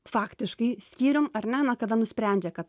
faktiškai skyrium ar ne na kada nusprendžia kad